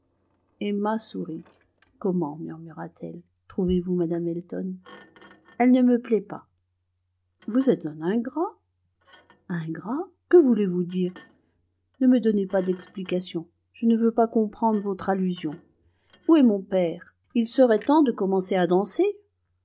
emma sourit comment murmura-t-elle trouvez-vous mme elton elle ne me plaît pas vous êtes un ingrat ingrat que voulez-vous dire ne me donnez pas d'explications je ne veux pas comprendre votre allusion où est mon père il serait temps de commencer à danser